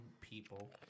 people